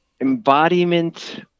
embodiment